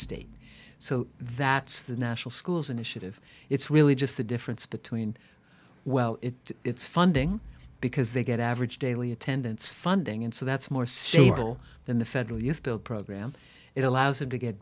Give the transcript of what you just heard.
state so that's the national school's initiative it's really just the difference between well it's funding because they get average daily attendance funding and so that's more stable than the federal youth build program it allows them to get